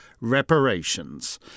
reparations